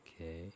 Okay